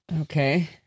Okay